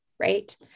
Right